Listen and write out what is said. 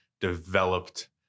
developed